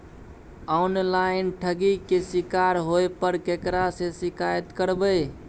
Online ठगी के शिकार होय पर केकरा से शिकायत करबै?